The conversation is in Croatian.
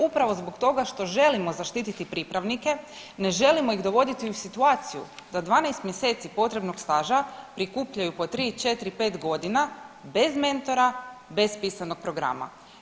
Upravo zbog toga što želimo zaštiti pripravnike, ne želimo ih dovoditi u situaciju da 12 mjeseci potrebnog staža prikupljaju po 3, 4, 5 godina bez mentora, bez pisanog programa.